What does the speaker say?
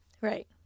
right